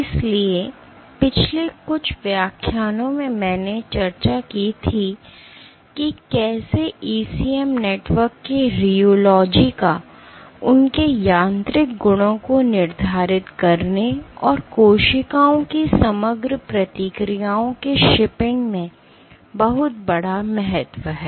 इसलिए पिछले कुछ व्याख्यानों में मैंने चर्चा की थी कि कैसे ECM नेटवर्क के रियोलॉजी का उनके यांत्रिक गुणों को निर्धारित करने और कोशिकाओं की समग्र प्रतिक्रियाओं के शिपिंग में बहुत बड़ा महत्व है